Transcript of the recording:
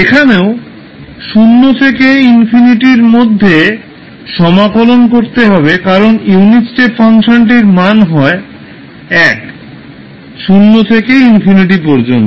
এখানেও 0 থেকে ∞ এর মধ্যে সমাকলন করতে হবে কারণ ইউনিট স্টেপ ফাংশনটির মান হয় 1 0 থেকে ∞ পর্যন্ত